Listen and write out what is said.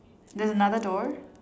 there is a another door